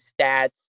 stats